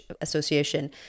Association